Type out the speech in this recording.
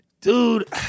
dude